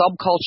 subculture